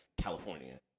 California